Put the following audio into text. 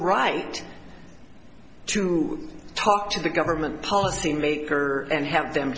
right to talk to the government policymaker and have them